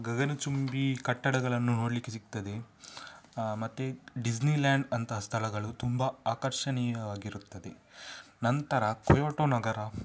ಗಗನಚುಂಬಿ ಕಟ್ಟಡಗಳನ್ನು ನೋಡಲಿಕ್ಕೆ ಸಿಗ್ತದೆ ಮತ್ತು ಡಿಸ್ನಿಲ್ಯಾಂಡ್ ಅಂಥ ಸ್ಥಳಗಳು ತುಂಬ ಆಕರ್ಷಣೀಯವಾಗಿರುತ್ತದೆ ನಂತರ ಕೊಯೋಟೋ ನಗರ